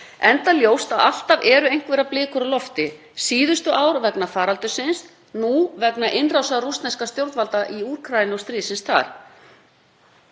enda ljóst að alltaf eru einhverjar blikur á lofti, síðustu ár vegna faraldursins, nú vegna innrásar rússneskra stjórnvalda í Úkraínu og stríðsins þar.